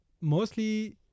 mostly